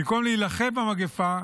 במקום להילחם במגפה,